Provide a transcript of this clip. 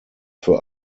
für